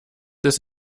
des